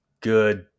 good